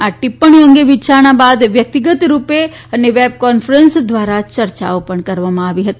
આ ટિપ્પણીઓ અંગે વિયારણા બાદ વ્યક્તિગત રૂપે અને વેબ કોન્ફરન્સ દ્વારા ચર્ચા પણ કરવામાં આવી હતી